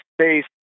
space